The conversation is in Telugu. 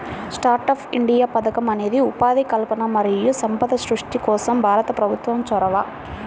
స్టార్టప్ ఇండియా పథకం అనేది ఉపాధి కల్పన మరియు సంపద సృష్టి కోసం భారత ప్రభుత్వం చొరవ